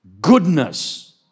goodness